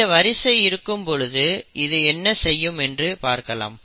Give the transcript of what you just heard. இந்த வரிசை இருக்கும் பொழுது இது என்ன செய்யும் என்று பார்க்கலாம்